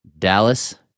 Dallas